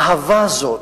האהבה הזאת,